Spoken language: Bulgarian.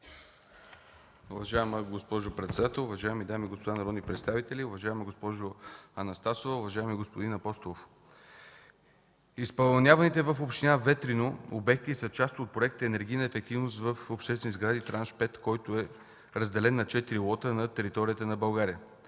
Уважаема госпожо председател, уважаеми дами и господа народни представители! Уважаема госпожо Анастасова, уважаеми господин Апостолов, изпълняваните в община Ветрино обекти са част от проекти „Енергийна ефективност в обществени сгради – Транш V”, който е разделен на четири лота на територията на България.